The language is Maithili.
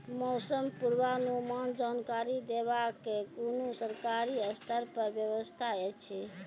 मौसम पूर्वानुमान जानकरी देवाक कुनू सरकारी स्तर पर व्यवस्था ऐछि?